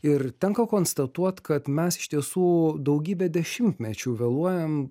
ir tenka konstatuot kad mes iš tiesų daugybę dešimtmečių vėluojam